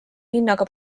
hinnaga